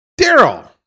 Daryl